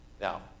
Now